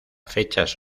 fechas